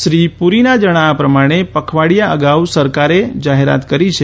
શ્રી પુરીના જણાવ્યા પ્રમાણે પખવાડિયા અગાઉ સરકારે જાહેરાત કરી છે